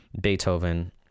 beethoven